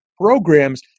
programs